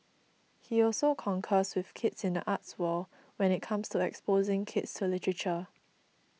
he also concurs with kids in the arts world when it comes to exposing kids to literature